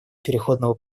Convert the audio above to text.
переходного